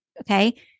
Okay